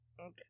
Okay